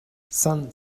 san